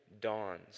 dawns